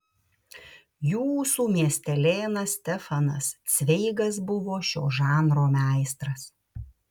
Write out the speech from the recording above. jūsų miestelėnas stefanas cveigas buvo šio žanro meistras